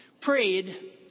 prayed